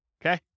okay